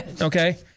okay